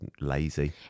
lazy